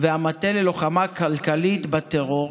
והמטה ללוחמה כלכלית בטרור